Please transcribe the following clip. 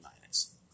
minus